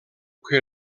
que